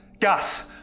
gas